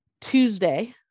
tuesday